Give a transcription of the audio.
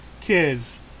Kids